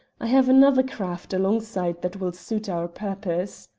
i have another craft alongside that will suit our purpose.